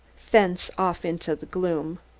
thence off into the gloom